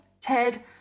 Ted